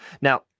now